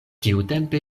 tiutempe